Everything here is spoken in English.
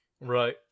Right